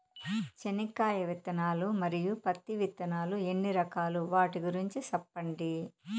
చెనక్కాయ విత్తనాలు, మరియు పత్తి విత్తనాలు ఎన్ని రకాలు వాటి గురించి సెప్పండి?